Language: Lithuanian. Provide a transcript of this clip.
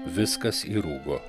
viskas įrūgo